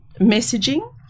messaging